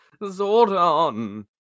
Zordon